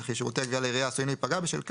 וכי שירותי הגבייה לעירייה עשוים להיפגע בשל כך,